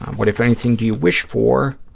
what, if anything, do you wish for?